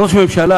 ראש ממשלה